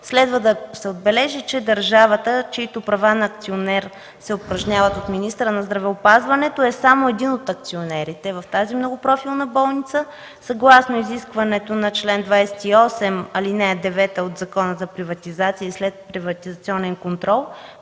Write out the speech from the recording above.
Следва да се отбележи, че държавата, чиито права на акционер се упражняват от министъра на здравеопазването, е само един от акционерите в тази многопрофилна болница. Съгласно изискването на чл. 28, ал. 9 от Закона за приватизация и следприватизационен контрол,